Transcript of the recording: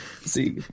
See